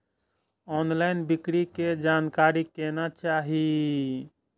Online बिक्री के जानकारी केना चाही?